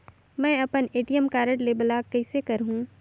मै अपन ATM card ल ब्लाक कइसे करहूं?